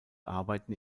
arbeiten